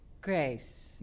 Grace